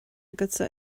agatsa